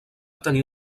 tenir